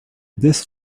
this